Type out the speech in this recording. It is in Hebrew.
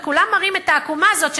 וכולם מראים את העקומה הזאת,